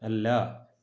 അല്ല